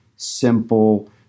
Simple